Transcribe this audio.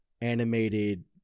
animated